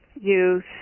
youth